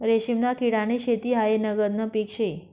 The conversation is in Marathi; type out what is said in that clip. रेशीमना किडानी शेती हायी नगदनं पीक शे